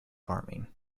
farming